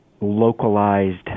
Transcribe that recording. localized